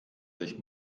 sich